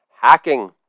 hacking